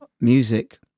music